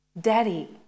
Daddy